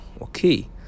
okay